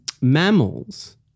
mammals